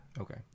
Okay